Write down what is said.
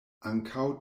ankaŭ